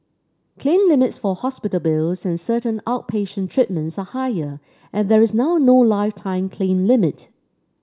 claim limits for hospital bills and certain outpatient treatments are higher and there is now no lifetime claim limit